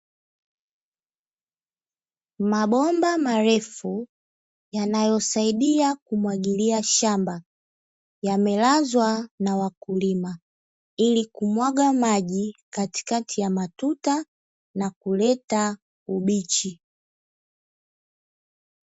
Mabomba marefu yanayosaidia kumwagilia shamba yamelazwa na wakulima ili kumwaga maji katikati ya matuta na kuleta ubichi.